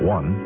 One